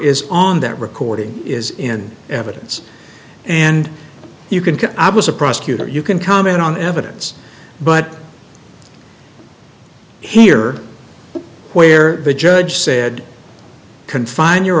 is on that recording is in evidence and you can can i was a prosecutor you can comment on evidence but here where the judge said confine your